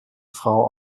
frau